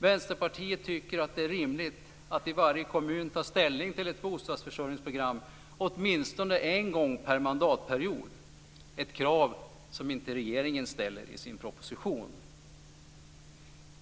Vänsterpartiet tycker att det är rimligt att varje kommun tar ställning till ett bostadsförsörjningsprogram åtminstone en gång per mandatperiod, ett krav som regeringen inte ställer i sin proposition.